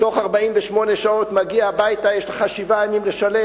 תוך 48 שעות זה מגיע הביתה, יש לך שבעה ימים לשלם.